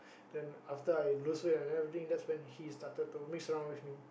then after I lose weight and everything that's when he started to mix around with me